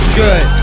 good